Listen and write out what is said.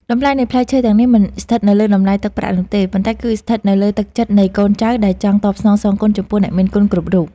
តម្លៃនៃផ្លែឈើទាំងនេះមិនស្ថិតនៅលើតម្លៃទឹកប្រាក់នោះទេ ប៉ុន្តែគឺស្ថិតនៅលើទឹកចិត្តនៃកូនចៅដែលចង់តបស្នងសងគុណចំពោះអ្នកមានគុណគ្រប់រូប។